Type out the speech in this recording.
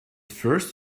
first